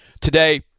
Today